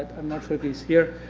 i'm not sure if he's here,